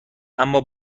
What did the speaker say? اما